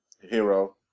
hero